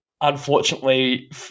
Unfortunately